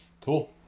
Cool